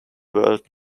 world